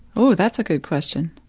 ooh, that's a good question.